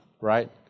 right